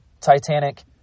Titanic